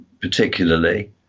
particularly